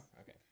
Okay